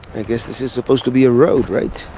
i guess this is supposed to be a road, right?